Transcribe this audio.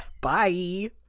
Bye